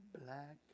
black